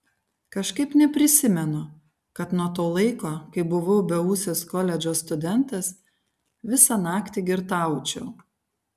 kažkaip neprisimenu kad nuo to laiko kai buvau beūsis koledžo studentas visą naktį girtaučiau